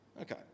Okay